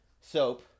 Soap